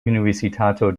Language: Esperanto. universitato